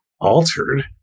altered